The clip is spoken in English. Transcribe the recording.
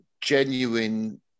genuine